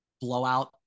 blowout